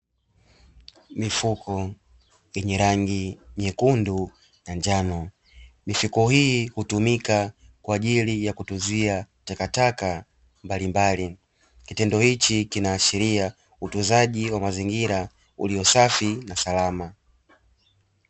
Mifuko yenye rangi nyekundu na njano mifuko hii hutumika kwa ajili ya kutuzuia takataka mbalimbali, kitendo hichi kinaashiria utunzaji wa mazingira uliosafi na salama.